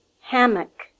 hammock